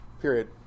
Period